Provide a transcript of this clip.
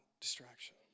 distraction